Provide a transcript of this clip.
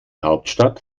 hauptstadt